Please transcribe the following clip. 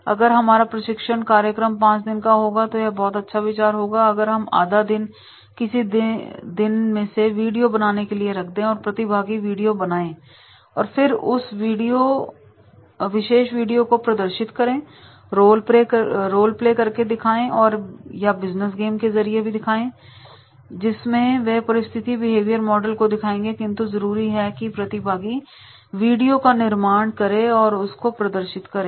अगर हमारा प्रशिक्षण कार्यक्रम 5 दिन का होगा तो यह बहुत अच्छा विचार होगा अगर हम आधा दिन किसी दिन में से वीडियो बनाने के लिए रख दें और प्रतिभागी वीडियो बनाएं और फिर उस विशेष वीडियो को प्रदर्शित करें और रोल प्ले करके दिखाएं या वह बिजनेस गेम के जरिए भी उसको दिखा सकते हैं जिसमें वे परिस्थिति बिहेवियर मॉडल को दिखाएंगे किंतु जरूरी है की प्रतिभागी वीडियो का निर्माण करें और उसको प्रदर्शित करें